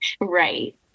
Right